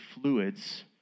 fluids